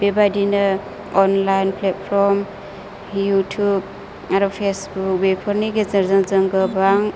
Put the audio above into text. बेबादिनो online platform YouTube आरो Facebook बेफोरनि गेजेरजों जों गोबां